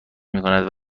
میکند